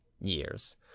years